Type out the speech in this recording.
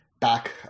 Back